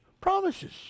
Promises